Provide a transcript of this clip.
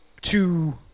two